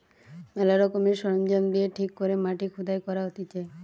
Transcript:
ম্যালা রকমের সরঞ্জাম দিয়ে ঠিক করে মাটি খুদাই করা হতিছে